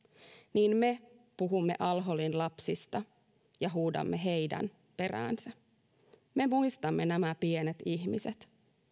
niin me puhumme al holin lapsista ja huudamme heidän peräänsä me muistamme nämä pienet ihmiset